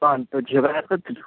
କ'ଣ ତୋ ଝିଅ ବାହାଘର କରିଥିଲୁ